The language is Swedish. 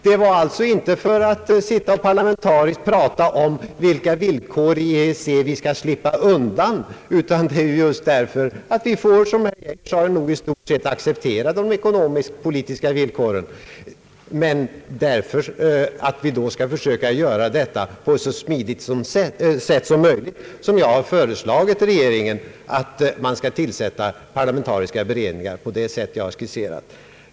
Det var alltså inte för att vi skall få tillfälle att parlamentariskt prata om vilka villkor vi skall slippa undan — vi får nog, som herr Geijer sade, i stort sett acceptera de ekonomisk-politiska villkoren — utan för att försöka anpassa oss på ett så smidigt sätt som möjligt, som regeringen bör tillsätta parlamentariska utredningar på det sätt jag skisserat.